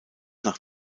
nach